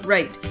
Right